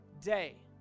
day